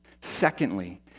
Secondly